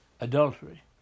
adultery